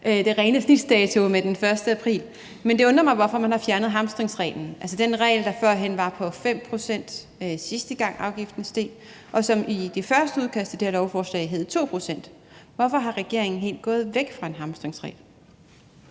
må hedde på dansk, den 1. april. Men det undrer mig, at man har fjernet hamstringsreglen, altså den regel, der førhen var på 5 pct., sidste gang afgiften steg, og som i det første udkast til det her lovforslag hed 2 pct. Hvorfor er regeringen helt gået væk fra en hamstringsregel?